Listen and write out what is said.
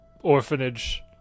orphanage